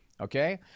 okay